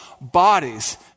bodies